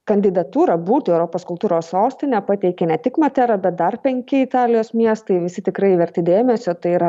kandidatūrą būti europos kultūros sostine pateikė ne tik matera bet dar penki italijos miestai visi tikrai verti dėmesio tai yra